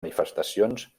manifestacions